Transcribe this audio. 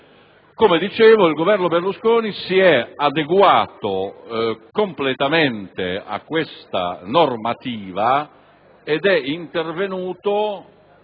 norme. Il Governo Berlusconi si è adeguato completamente a questa normativa ed è intervenuto